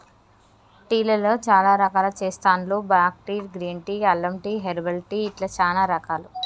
tea లలో చాల రకాలు చెస్తాండ్లు బ్లాక్ టీ, గ్రీన్ టీ, అల్లం టీ, హెర్బల్ టీ ఇట్లా చానా రకాలు